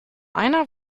einer